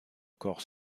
corps